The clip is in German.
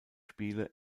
spiele